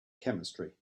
chemistry